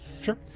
Sure